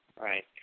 right